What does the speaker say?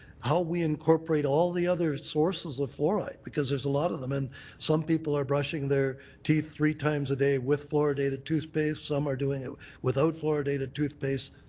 how we incorporate all the other sources of fluoride. because there's a lot of them. and some people are brushing their teeth three times a day with fluoridated toothpaste. some are doing it without fluoridated toothpaste.